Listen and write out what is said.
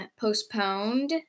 postponed